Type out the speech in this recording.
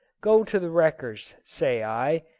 go to the wreckers, say i,